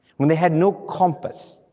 when they had no compass,